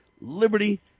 liberty